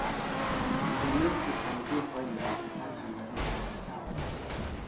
जमीन के कमती होए ले किसान ह गरीब होवत जावत हे